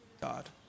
God